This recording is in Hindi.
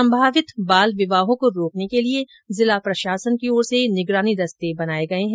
संभावित बाल विवाहों को रोकने के लिए जिलों के प्रशासन की ओर से निगरानी दस्ते बनाए गए है